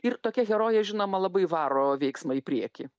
ir tokia herojė žinoma labai varo veiksmą į priekį